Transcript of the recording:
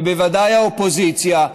ובוודאי האופוזיציה,